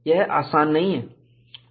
यह आसान नहीं है